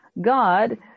God